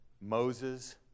Moses